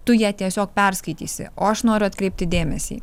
tu ją tiesiog perskaitysi o aš noriu atkreipti dėmesį